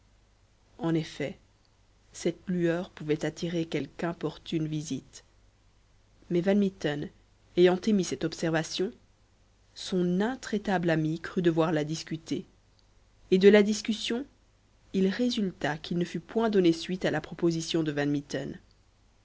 en effet cette lueur pouvait attirer quelque importune visite mais van mitten ayant émis cette observation son intraitable ami crut devoir la discuter et de la discussion il résulta qu'il ne fut point donné suite à la proposition de